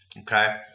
Okay